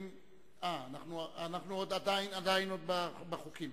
והוא גם אדם מאוד מקובל בתוך עמו